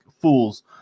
fools